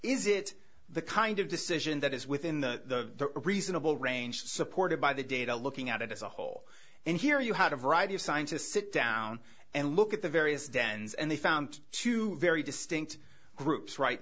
is it the kind of decision that is within the reasonable range supported by the data looking at it as a whole and here you had a variety of scientists sit down and look at the various dens and they found two very distinct groups right